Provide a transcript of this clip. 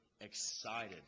excited